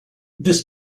this